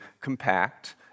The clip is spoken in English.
compact